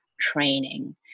training